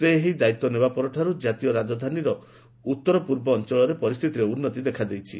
ସେ ଏହି ଦାୟିତ୍ୱ ନେବା ପରଠାରୁ ଜାତୀୟ ରାଜଧାନୀରେ ଉତ୍ତର ପୂର୍ବ ଅଞ୍ଚଳର ପରିସ୍ଥିତିରେ ଉନ୍ନତି ଘଟିବା ଦେଖାଦେଇଛି